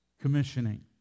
Commissioning